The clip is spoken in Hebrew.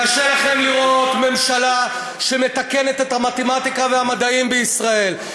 קשה לכם לראות ממשלה שמתקנת את לימודי המתמטיקה והמדעים בישראל,